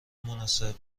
مناسب